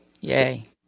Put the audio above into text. Yay